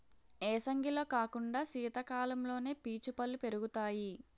ఏసంగిలో కాకుండా సీతకాలంలోనే పీచు పల్లు పెరుగుతాయి